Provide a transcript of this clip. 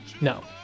No